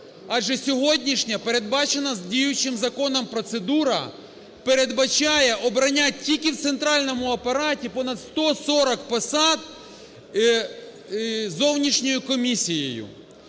Адже сьогоднішня передбачена діючим законом процедура, передбачає обрання тільки в центральному апараті понад 140 посад зовнішньою комісією,